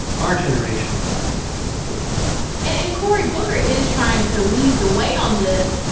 our generation of black people feels differently and and cory booker is trying to lead the way on this.